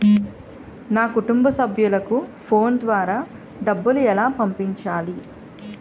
నా కుటుంబ సభ్యులకు ఫోన్ ద్వారా డబ్బులు ఎలా పంపించాలి?